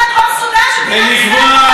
שמדינת ישראל מוכרת שם נשק.